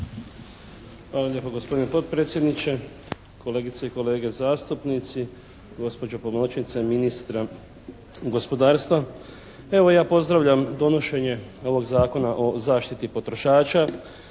Hvala lijepo, gospodine potpredsjedniče, kolegice i kolege zastupnici, gospođo pomoćnice ministra gospodarstva. Evo ja pozdravljam donošenje ovog Zakona o zaštiti potrošača